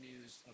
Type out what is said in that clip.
news